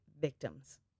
victims